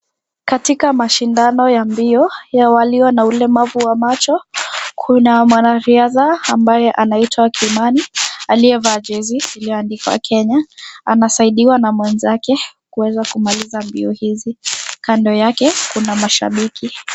Katika mashindano ya mbio, ya walio na ulemavu wa macho, kuna mwanariadha ambaye anaitwa Kimani aliyevaa jezi iliyoandikwa, Kenya. Anasaidiwa na mwenzake, kuweza kumaliza mbio hizi. Kando yake, kuna mashabiki.